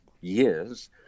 years